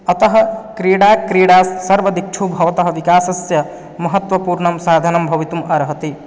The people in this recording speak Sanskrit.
अतः क्रीडा क्रीडा सर्वदिक्षु भवतः विकासस्य महत्त्वपूर्णं साधनं भवितुम् अर्हति